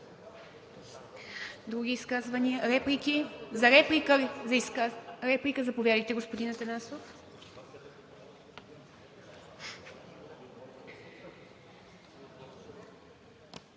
Други изказвания? Реплики? За реплика – заповядайте, господин Атанасов.